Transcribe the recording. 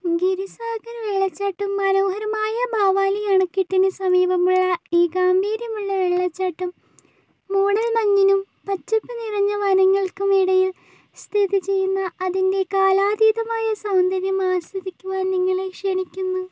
ഗിരിസാഗർ വെള്ളച്ചാട്ടം മനോഹരമായ ഭാവാലി അണക്കെട്ടിന് സമീപമുള്ള ഈ ഗാംഭീര്യമുള്ള വെള്ളച്ചാട്ടം മൂടൽ മഞ്ഞിനും പച്ചപ്പ് നിറഞ്ഞ വനങ്ങൾക്കും ഇടയിൽ സ്ഥിതി ചെയ്യുന്ന അതിൻ്റെ കാലാതീതമായ സൗന്ദര്യം ആസ്വദിക്കുവാൻ നിങ്ങളെ ക്ഷണിക്കുന്നു